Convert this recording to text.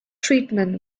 treatment